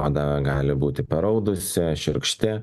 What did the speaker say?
oda gali būti paraudusi šiurkšti